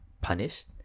punished